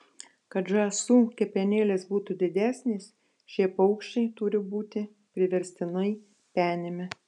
kad žąsų kepenėlės būtų didesnės šie paukščiai turi būti priverstinai penimi